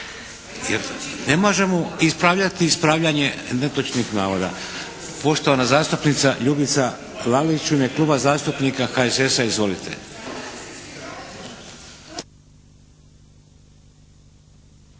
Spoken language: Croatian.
Ne možemo ispravljati ispravljanje netočnih navoda. Poštovana zastupnica Ljubica Lalić u ime Kluba zastupnika HSS-a. Izvolite.